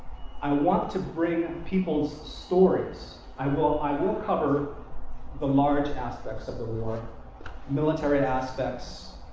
i want to bring people's stories. i will i will cover the large aspects of the war military aspects,